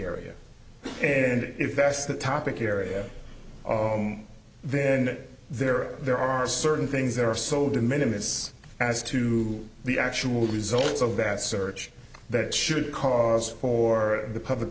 area and if that's the topic area then there are there are certain things that are sold in minutes as to the actual results of that search that should cause for the public